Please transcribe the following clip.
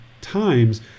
times